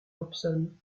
hobson